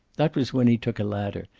that was when he took a ladder,